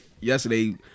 yesterday